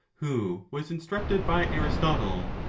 who was instructed by aristotle,